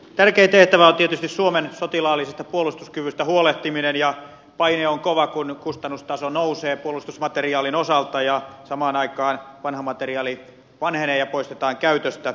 tärkein tehtävä on tietysti suomen sotilaallisesta puolustuskyvystä huolehtiminen ja paine on kova kun kustannustaso nousee puolustusmateriaalin osalta ja samaan aikaan vanha materiaali vanhenee ja poistetaan käytöstä